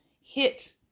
hit